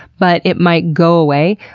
but it might go away,